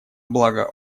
благо